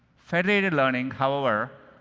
federated learning, however,